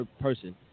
person